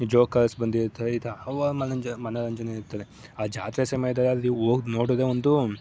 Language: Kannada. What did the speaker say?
ಈ ಜೋಕರ್ಸ್ ಬಂದಿರುತ್ತಾರೆ ಈ ಥರ ಹಲವಾರು ಮನೋಂಜ ಮನೋರಂಜನೆ ಇರುತ್ತದೆ ಆ ಜಾತ್ರೆ ಸಮಯ್ದಲ್ಲಿ ಅಲ್ಲಿ ಹೋಗಿ ನೋಡೋದೆ ಒಂದು